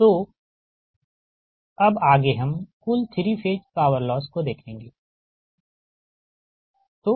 तो अब आगे हम कुल 3 फेज पॉवर लॉस को देखेंगे ठीक